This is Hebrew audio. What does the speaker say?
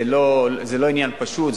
זה לא עניין פשוט,